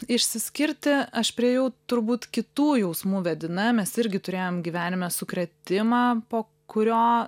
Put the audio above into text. išsiskirti aš priėjau turbūt kitų jausmų vedina mes irgi turėjom gyvenime sukrėtimą po kurio